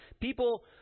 People